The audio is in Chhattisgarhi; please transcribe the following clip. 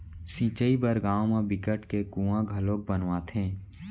सिंचई बर गाँव म बिकट के कुँआ घलोक खनवाथे